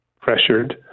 pressured